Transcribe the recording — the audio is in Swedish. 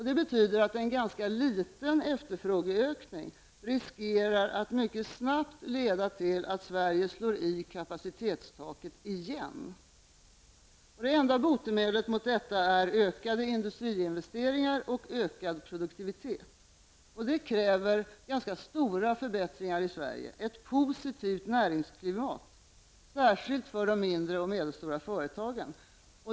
Det betyder att en ganska liten efterfrågeökning riskerar att mycket snabbt leda till att Sverige slår i kapacitetstaket igen. Det enda botemedlet mot detta är ökade industriinvesteringar och ökad produktivitet. Det kräver ganska stora förbättringar i Sverige -- ett positivt näringslivsklimat, särskilt för de mindre och medelstora företagen.